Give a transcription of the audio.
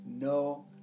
No